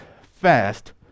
fast